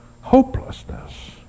Hopelessness